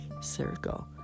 Circle